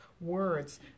words